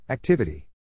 Activity